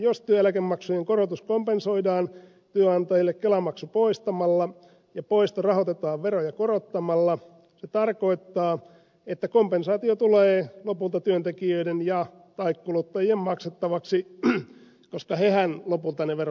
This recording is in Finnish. jos työeläkemaksujen korotus kompensoidaan työnantajille poistamalla kelamaksu ja poisto rahoitetaan veroja korottamalla se tarkoittaa että kompensaatio tulee lopulta työntekijöiden tai kuluttajien maksettavaksi koska hehän lopulta ne verot maksavat